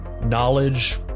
knowledge